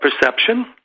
perception